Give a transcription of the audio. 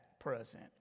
present